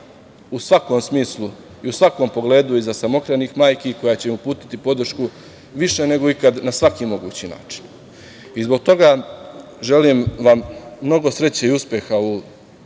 u svakom smislu i u svakom pogledu iza samohranih majki, koja će uputiti podršku više nego ikad na svaki mogući način. Zbog toga želim vam mnogo sreće i uspeha u